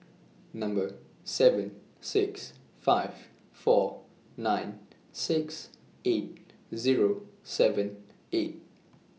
Number seven six five four nine six eight Zero seven eight